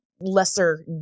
lesser